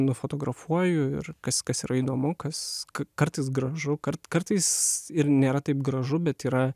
nufotografuoju ir kas kas yra įdomu kas kartais gražu kart kartais ir nėra taip gražu bet yra